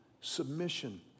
submission